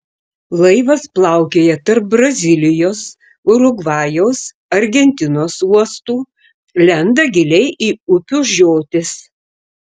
laivas plaukioja tarp brazilijos urugvajaus argentinos uostų lenda giliai į upių žiotis